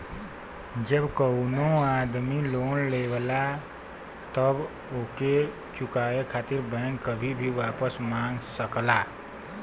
जब कउनो आदमी लोन लेवला तब ओके चुकाये खातिर बैंक कभी भी वापस मांग सकला